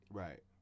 right